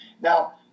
Now